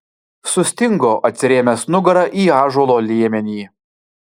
sustingo atsirėmęs nugara į ąžuolo liemenį